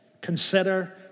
consider